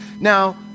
Now